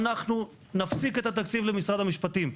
אנחנו נפסיק את התקציב למשרד המשפטים,